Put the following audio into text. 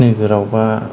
नोगोरावबा